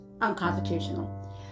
Unconstitutional